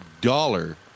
dollar